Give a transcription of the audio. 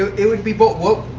ah it would be bold. well,